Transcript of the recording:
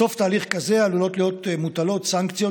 בסוף תהליך כזה עלולות להיות מוטלות סנקציות